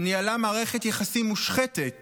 שניהלה מערכת יחסים מושחתת